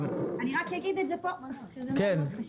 אני רק אגיד פה, כי זה מאוד מאוד חשוב.